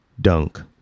dunk